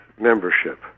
membership